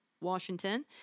Washington